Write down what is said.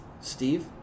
Steve